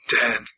dead